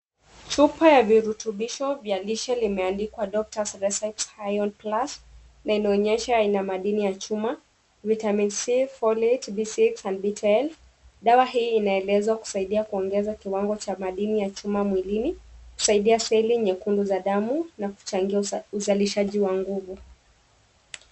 Chupa ya virutubisho vya lishe limeandikwa Doctor's Recipes Iron Plus na inaonyesha ina madini ya chuma, Vitami C, Foliate, Vitamin B6 an B12 . Dawa hii inaeleza kuongeza kiwango cha madini ya chuma mwilini, kusaidia seli nyekundu za damu na kuchangia uzalishaji wa nguvu.